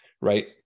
right